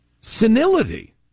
Senility